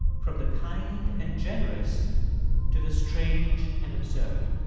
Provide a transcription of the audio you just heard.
from the kind and generous to the strange and absurd.